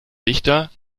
dichter